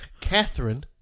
Catherine